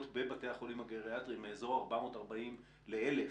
בבתי החולים הגריאטריים מאזור 440 ל-1,000.